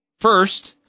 first